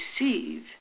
receive